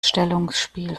stellungsspiel